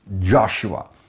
Joshua